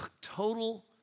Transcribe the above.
total